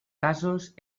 casos